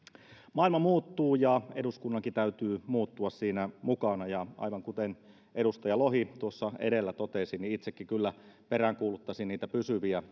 maailma muuttuu ja eduskunnankin täytyy muuttua siinä mukana aivan kuten edustaja lohi tuossa edellä totesi itsekin kyllä peräänkuuluttaisin niitä pysyviä